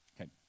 Okay